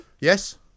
Yes